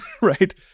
right